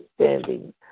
understanding